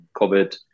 COVID